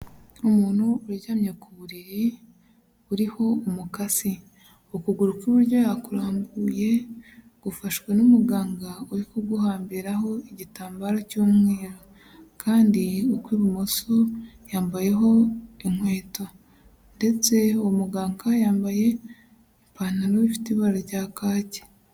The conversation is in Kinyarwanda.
Umuntu uryamye ku buriri, uriho umukasi, ukuguru kw'iburyo yakurambuye, gufashwe n'umuganga uri kuguhambiraho igitambaro cy'umweru, kandi ukw'ibumoso yambayeho inkweto ndetse uwo muganga yambaye ipantaro ifite ibara rya kaki.